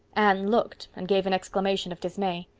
anne looked and gave an exclamation of dismay.